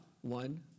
one